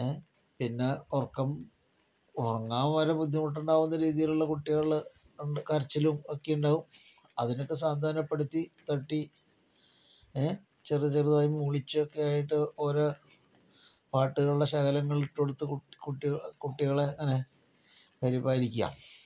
പിന്നെ ഉറക്കം ഉറങ്ങാൻ വരെ ബുദ്ധിമുട്ടുണ്ടാവുന്ന രീതിയിലുള്ള കുട്ടികൾ കരച്ചിലും ഒക്കെയുണ്ടാവും അതിനെയൊക്കെ സാന്ത്വനപ്പെടുത്തി തട്ടി ചെറുതായി മൂളിച്ച ഒക്കെയായിട്ട് ഓരോ പാട്ടുകളുടെ ശകലങ്ങൾ ഇട്ടു കൊടുത്ത് കുട്ടികളെ അങ്ങനെ പരിപാലിക്കുക